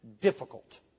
difficult